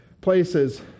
places